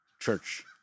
church